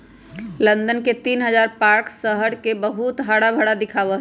London के तीन हजार पार्क शहर के बहुत हराभरा दिखावा ही